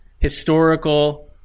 historical